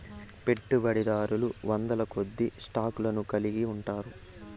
పెట్టుబడిదారులు వందలకొద్దీ స్టాక్ లను కలిగి ఉంటారు